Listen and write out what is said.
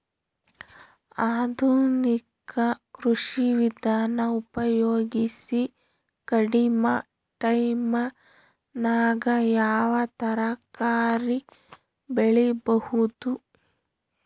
ಆಧುನಿಕ ಕೃಷಿ ವಿಧಾನ ಉಪಯೋಗಿಸಿ ಕಡಿಮ ಟೈಮನಾಗ ಯಾವ ತರಕಾರಿ ಬೆಳಿಬಹುದು?